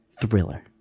Thriller